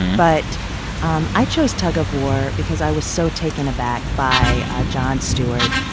but um i chose tug of war because i was so taken aback by jon stewart,